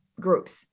groups